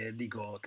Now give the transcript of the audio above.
dico